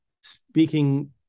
speaking